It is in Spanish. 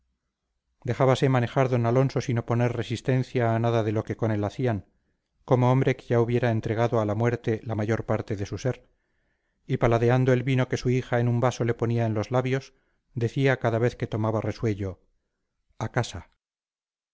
dejábase manejar d alonso sin oponer resistencia a nada de lo que con él hacían como hombre que ya hubiera entregado a la muerte la mayor parte de su ser y paladeando el vino que su hija en un vaso le ponía en los labios decía cada vez que tomaba resuello a casa